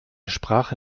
sprache